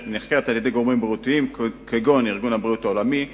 על-ידי גורמי בריאות כגון ארגון הבריאות העולמי.